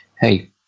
hey